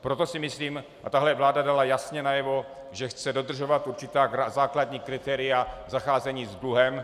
Proto si myslím, a tahle vláda dala jasně najevo, že chce dodržovat určitá základní kritéria zacházení s dluhem.